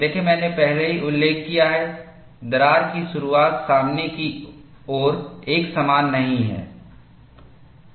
देखें मैंने पहले ही उल्लेख किया है दरार की शुरुआत सामने की ओर एक समान नहीं है